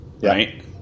right